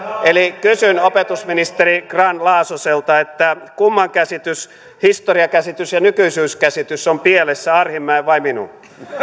eli kysyn opetusministeri grahn laasoselta kumman käsitys historiakäsitys ja nykyisyyskäsitys on pielessä arhinmäen vai minun